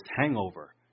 hangover